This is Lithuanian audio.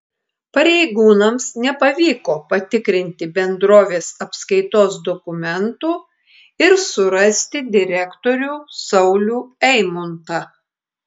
pareigūnams nepavyko patikrinti bendrovės apskaitos dokumentų ir surasti direktorių saulių eimuntą